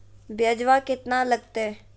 ब्यजवा केतना लगते?